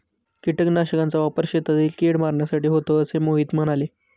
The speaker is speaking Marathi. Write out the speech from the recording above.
कीटकनाशकांचा वापर शेतातील कीड मारण्यासाठी होतो असे मोहिते म्हणाले